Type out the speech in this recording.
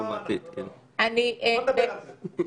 בוא נדבר על זה.